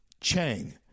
Chang